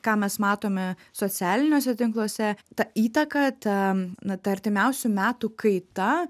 ką mes matome socialiniuose tinkluose ta įtaka ta na ta artimiausių metų kaita